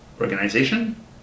organization